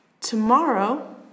Tomorrow